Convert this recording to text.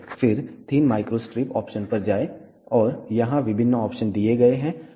फिर thin microstrip option पर जाएं और यहां विभिन्न ऑप्शन दिए गए हैं